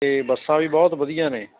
ਅਤੇ ਬੱਸਾਂ ਵੀ ਬਹੁਤ ਵਧੀਆ ਨੇ